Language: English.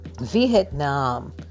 Vietnam